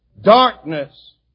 darkness